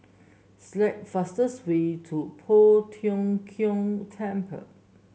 select the fastest way to Poh Tiong Kiong Temple